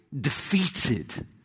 defeated